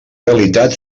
realitat